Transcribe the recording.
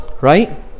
right